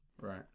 Right